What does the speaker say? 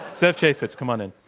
zev chafets, come on in.